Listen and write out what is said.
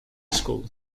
school